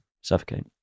suffocate